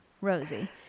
Rosie